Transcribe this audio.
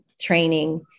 training